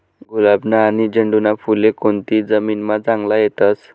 गुलाबना आनी झेंडूना फुले कोनती जमीनमा चांगला येतस?